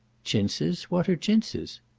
chintzes? what are chintzes?